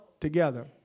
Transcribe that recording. together